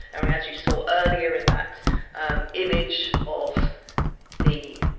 i mean as you saw earlier in that image of the.